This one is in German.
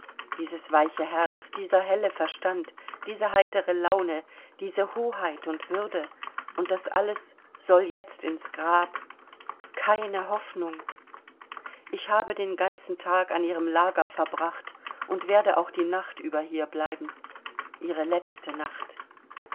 dieses weiche herz dieser helle verstand diese heitere laune diese hoheit und würde und das alles soll jetzt ins grab keine hoffnung ich habe den ganzen tag an ihrem lager verbracht und werde auch die nacht über hier bleiben ihre letzte nacht